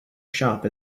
shop